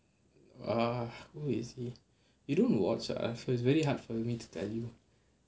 err who is he you don't watch ah so it's very hard for me to tell you